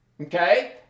Okay